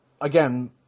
again